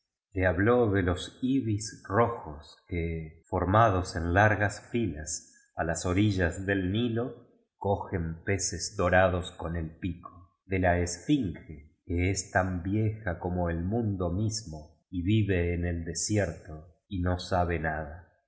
habló de los ibis rojos que formados en largas filas a las orillas del nüo cogen peces dorados con el pico de la esfinge que es tan vieja como el mundo mismo y vive en el desierto y no sabe nada